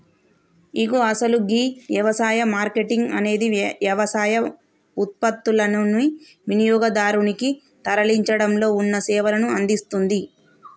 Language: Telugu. ఇగో అసలు గీ యవసాయ మార్కేటింగ్ అనేది యవసాయ ఉత్పత్తులనుని వినియోగదారునికి తరలించడంలో ఉన్న సేవలను అందిస్తుంది